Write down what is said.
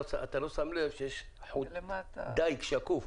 ואתה לא שם לב שיש חוט דיג שקוף.